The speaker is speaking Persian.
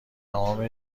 تمام